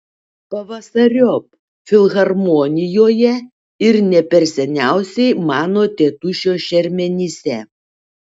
pavasariop filharmonijoje ir ne per seniausiai mano tėtušio šermenyse